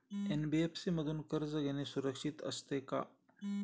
NBFC मधून कर्ज घेणे सुरक्षित असते का?